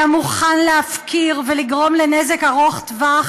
היה מוכן להפקיר ולגרום נזק ארוך טווח